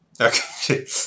okay